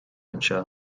anseo